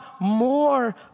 more